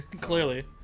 clearly